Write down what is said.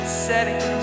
setting